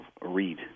read